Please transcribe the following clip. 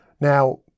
Now